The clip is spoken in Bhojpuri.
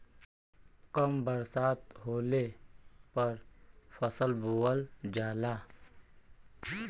कम बरसात होले पर फसल बोअल जाला